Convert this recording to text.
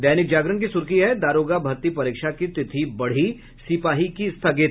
दैनिक जागरण की सुर्खी है दारोगा भर्ती परीक्षा की तिथि बढ़ी सिपाही की स्थगित